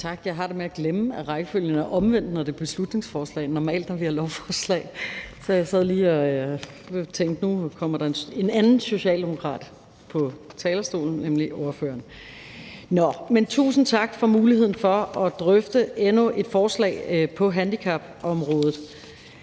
Jeg har det med at glemme, at rækkefølgen er omvendt, når det er beslutningsforslag, vi behandler, så jeg sad lige og tænkte, at nu kommer der en anden socialdemokrat på talerstolen, nemlig ordføreren. Men tusind tak for muligheden for at drøfte endnu et forslag på handicapområdet.